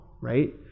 right